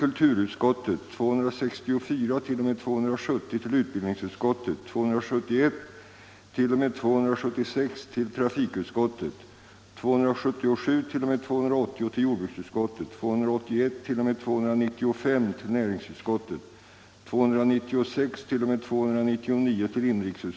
Det har genom strejkaktionerna i malmfälten vidare visat sig att de statliga bolagen tydligen inte nåtts av — eller beaktat — givna rekommendationer om att städningen skulle bedrivas i egen regi.